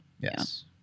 Yes